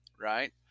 right